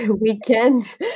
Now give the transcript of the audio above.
weekend